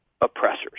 oppressors